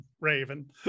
Raven